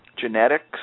genetics